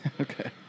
Okay